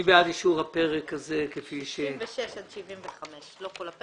במקום 30 ימים 45 ימים.